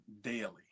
daily